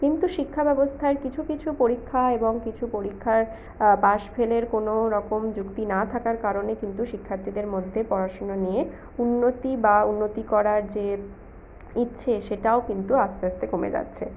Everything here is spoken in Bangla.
কিন্তু শিক্ষাব্যবস্থার কিছু কিছু পরীক্ষা এবং কিছু পরীক্ষার পাস ফেলের কোনোরকম যুক্তি না থাকার কারণে কিন্তু শিক্ষার্থীদের মধ্যে পড়াশোনা নিয়ে উন্নতি বা উন্নতি করার যে ইচ্ছে সেটাও কিন্তু আস্তে আস্তে কমে যাচ্ছে